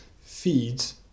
feeds